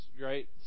right